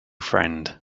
friend